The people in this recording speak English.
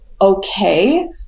okay